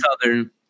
southern